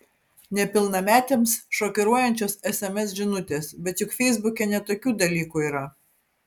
nepilnametėms šokiruojančios sms žinutės bet juk feisbuke ne tokių dalykų yra